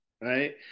right